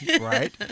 Right